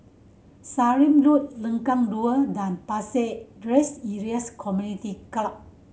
Sallim Road Lengkong Dua and Pasir Ris Elias Community Club